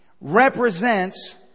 represents